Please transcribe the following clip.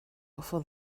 offer